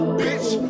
bitch